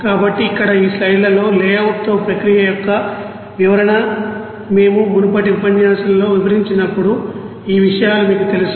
కాబట్టి ఇక్కడ ఈ స్లైడ్లలో లేవుట్ తో ప్రక్రియ యొక్క వివరణ మేము మునుపటి ఉపన్యాసంలో వివరించినప్పుడు ఈ విషయాలు మీకు తెలుసు